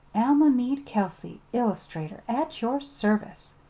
alma mead kelsey, illustrator at your service,